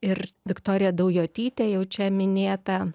ir viktorija daujotytė jau čia minėta